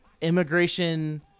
Immigration